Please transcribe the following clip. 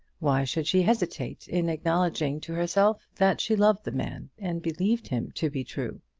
why should she hesitate in acknowledging to herself that she loved the man and believed him to be true?